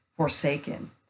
forsaken